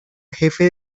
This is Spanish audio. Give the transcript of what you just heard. jefe